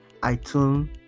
itunes